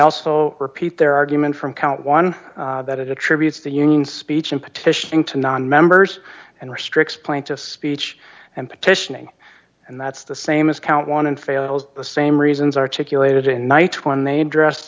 also repeat their argument from count one that it attributes the union speech in petitioning to nonmembers and restricts plaintiffs speech and petitioning and that's the same as count one and fails the same reasons articulated in nights when they address